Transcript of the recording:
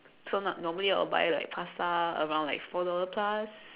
so no~ normally I like buy pasta around like four dollar plus